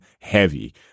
heavy